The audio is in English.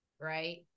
right